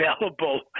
available